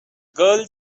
girl